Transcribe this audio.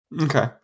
okay